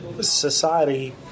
society